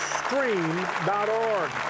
stream.org